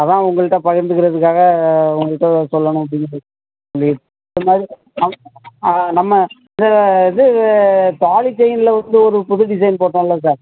அதுதான் உங்கள்கிட்ட பகிர்ந்துக்கிறதுக்காக உங்ககிட்ட சொல்லணும் அப்படின்னு சொல்லி ஆ ஆ நம்ம இது தாலி செயினில் வந்து ஒரு புது டிசைன் போட்டோல்ல சார்